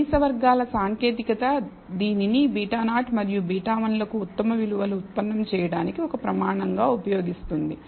కనీస వర్గాల సాంకేతికత దీనిని β0 మరియు β1లకు ఉత్తమ విలువలు ఉత్పన్నం చేయడానికి ఒక ప్రమాణంగా ఉపయోగిస్తుంది